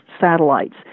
satellites